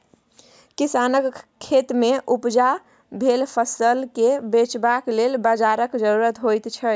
किसानक खेतमे उपजा भेल फसलकेँ बेचबाक लेल बाजारक जरुरत होइत छै